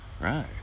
Right